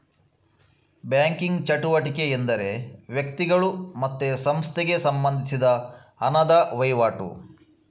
banking ಚಟುವಟಿಕೆ ಎಂದರೆ ವ್ಯಕ್ತಿಗಳು ಮತ್ತೆ ಸಂಸ್ಥೆಗೆ ಸಂಬಂಧಿಸಿದ ಹಣದ ವೈವಾಟು